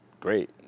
great